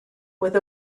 with